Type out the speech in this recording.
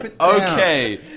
okay